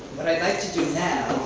what i'd like to do now,